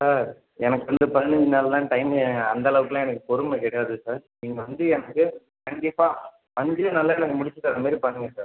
sir எனக்கு வந்து பதினைஞ்சு நாள்தான் டைமு அந்தளவுக்கெல்லாம் எனக்கு பொறுமை கிடையாது சார் நீங்கள் வந்து எனக்கு கண்டிப்பாக அஞ்சே நாளில் எனக்கு முடித்து தர்ற மாதிரி பாருங்க சார்